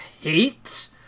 hate